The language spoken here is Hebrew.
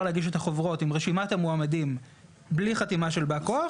להגיש את החוברות עם רשימת המועמדים בלי חתימה של בא כוח.